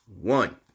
one